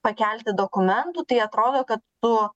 pakelti dokumentų tai atrodo kad tu